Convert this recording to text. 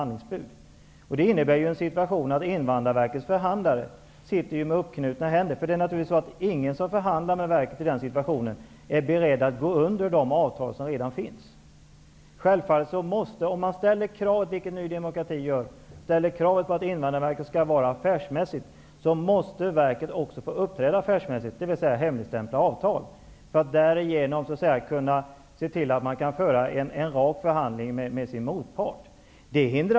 Det har inneburit att Invandrarverkets förhandlare har suttit med bundna händer. Ingen som förhandlar med verket i den situationen är beredd att lägga sig under de avtal som redan finns. Ny demokrati ställer kravet att Invandrarverket skall agera affärsmässigt. Då måste verket få uppträda affärsmässigt, dvs. hemligstämpla avtal. Därigenom kan de föra en rak förhandling med sin motpart.